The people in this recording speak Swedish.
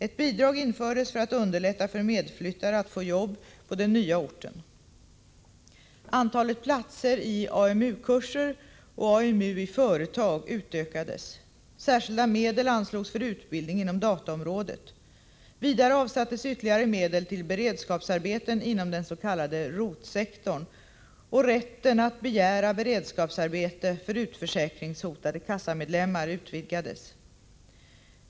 Ett bidrag infördes för att underlätta för medflyttare att få jobb på den nya orten. Antalet platser i AMU-kurser och AMU i företag utökades. Särskilda medel anslogs för utbildning inom dataområdet. Vidare avsattes ytterligare medel till beredskapsarbeten inom den s.k. ROT-sektorn, och rätten att begära beredskapsarbete för utförsäkringshotade kassamedlemmar utvidgades.